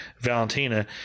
Valentina